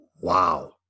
Wow